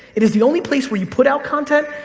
it's the only place where you put out content,